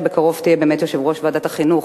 הרי בקרוב תהיה באמת יושב-ראש ועדת החינוך,